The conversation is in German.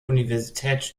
universität